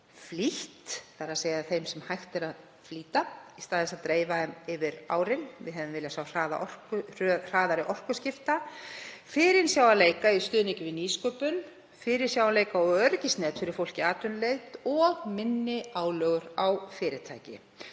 flýtt, þ.e. þeim sem hægt er að flýta, í stað þess að dreifa þeim yfir árin. Við hefðum viljað sjá hraðari orkuskipti, fyrirsjáanleika í stuðningi við nýsköpun, fyrirsjáanleika og öryggisnet fyrir fólk í atvinnuleit og minni álögur á fyrirtæki.